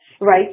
right